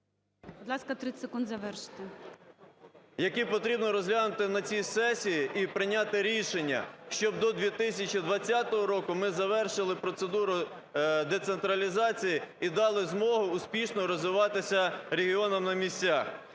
потрібно розглянути на цій сесії і прийняти рішення, щоб до 2020 року ми завершили процедуру децентралізації і дали змогу успішно розвиватися регіонам на місцях.